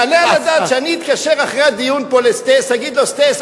יעלה על הדעת שאני אתקשר אחרי הדיון פה לסטס ואגיד לו: סטס,